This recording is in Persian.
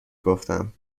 گفتم